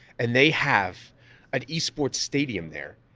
and they have an e sports stadium there,